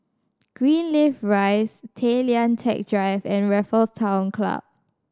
Greenleaf Rise Tay Lian Teck Drive and Raffles Town Club